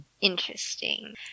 Interesting